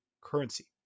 currency